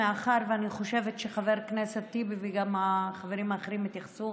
מאחר שאני חושבת שחבר הכנסת טיבי וגם החברים האחרים התייחסו